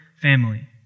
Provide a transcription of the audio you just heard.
family